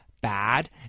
bad